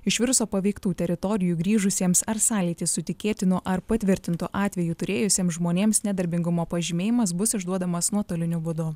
iš viruso paveiktų teritorijų grįžusiems ar sąlytį su tikėtinu ar patvirtintu atveju turėjusiems žmonėms nedarbingumo pažymėjimas bus išduodamas nuotoliniu būdu